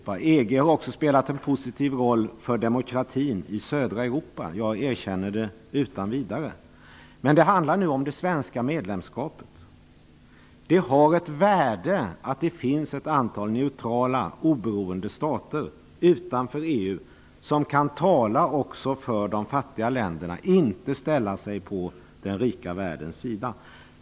Jag erkänner också utan vidare att EG har spelat en positiv roll för demokratin i södra Europa. Men det handlar nu om det svenska medlemskapet. Det har ett värde att det finns ett antal neutrala, oberoende stater utanför EU som kan tala också för de fattiga länderna och som inte ställer sig på den rika världens sida.